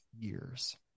years